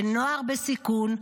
בנוער בסיכון,